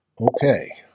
Okay